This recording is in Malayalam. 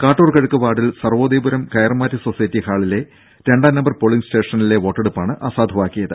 കാട്ടൂർ കിഴക്ക് വാർഡിൽ സർവ്വോദയപുരം കയർമാറ്റ് സൊസൈറ്റി ഹാളിലെ രണ്ടാം നമ്പർ പോളിംഗ് സ്റ്റേഷനിലെ വോട്ടെടുപ്പാണ് അസാധുവാക്കിയത്